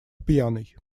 пьяный